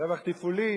רווח תפעולי.